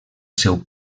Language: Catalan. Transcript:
seu